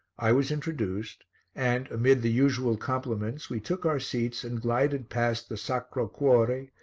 i was introduced and, amid the usual compliments, we took our seats and glided past the sacro cuore,